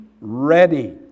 ready